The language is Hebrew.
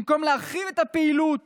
במקום להרחיב את הפעילות